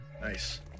Nice